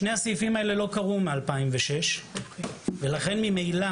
שני הסעיפים האלה לא קרו מ-2006 ולכן ממילא